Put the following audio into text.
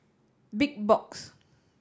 Big Box